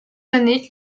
années